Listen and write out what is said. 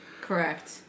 Correct